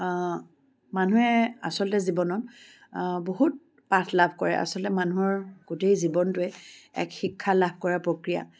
মানুহে আচলতে জীৱনত বহুত পাঠ লাভ কৰে আচলতে মানুহৰ গোটেই জীৱনটোৱেই এক শিক্ষা লাভ কৰা প্ৰক্ৰিয়া